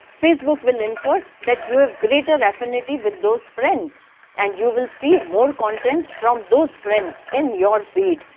facebook will infer that you have greater affinity with those friends and you will see more content from those friends in your feed,